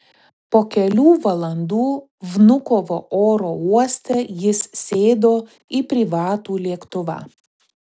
po kelių valandų vnukovo oro uoste jis sėdo į privatų lėktuvą